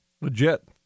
legit